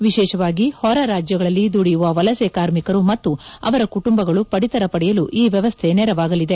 ವಿಶೇಷವಾಗಿ ಹೊರ ರಾಜ್ಯಗಳಲ್ಲಿ ದುಡಿಯುವ ವಲಸೆ ಕಾರ್ಮಿಕರು ಮತ್ತು ಅವರ ಕುಟುಂಬಗಳು ಪಡಿತರ ಪಡೆಯಲು ಈ ವ್ಯವಸ್ಥೆ ನೆರವಾಗಲಿದೆ